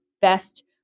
best